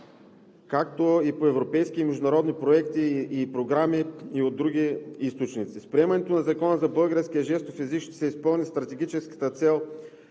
както и по европейски и международни проекти и програми и от други източници. С приемането на Закона за българския жестов език ще се изпълни Стратегическа цел